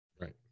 Right